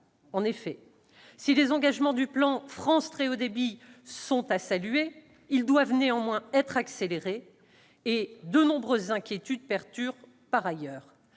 En effet, si les engagements du plan France Très haut débit sont à saluer, ils doivent néanmoins être accélérés, et de nombreuses inquiétudes perdurent par ailleurs.